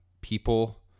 people